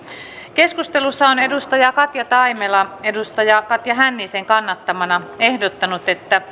keskustelussa on katja taimela katja hännisen kannattamana ehdottanut että